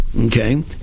Okay